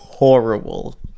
Horrible